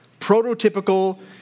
prototypical